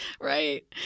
Right